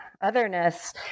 otherness